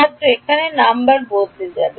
ছাত্র এখানে নাম্বার বদলে যাবে